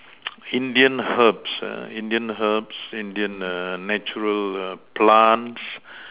Indian herbs uh Indian herbs Indian err natural err plants